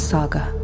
Saga